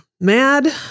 Mad